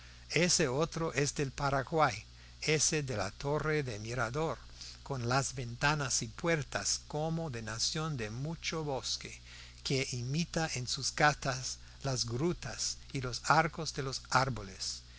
ese otro es del paraguay ese de la torre de mirador con las ventanas y puertas como de nación de mucho bosque que imita en sus casas las grutas y los arcos de los árboles